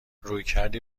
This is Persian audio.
رویکردی